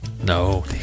No